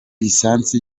lisansi